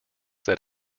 that